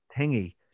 thingy